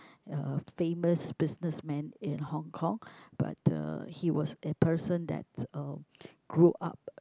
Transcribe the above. uh famous business man in Hong-Kong but uh he was a person that uh grew up